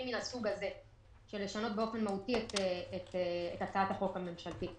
מהסוג הזה של שינוי באופן מהותי את הצעת החוק הממשלתית.